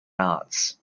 arts